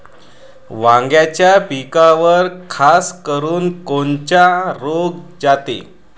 वांग्याच्या पिकावर खासकरुन कोनचा रोग जाते?